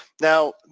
Now